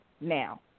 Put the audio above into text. now